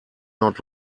not